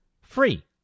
free